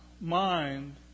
mind